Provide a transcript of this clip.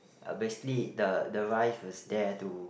uh basically the the rice was there to